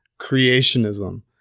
creationism